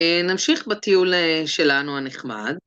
נמשיך בטיול שלנו הנחמד.